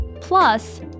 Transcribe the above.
Plus